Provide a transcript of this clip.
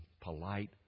polite